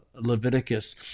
Leviticus